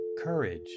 Courage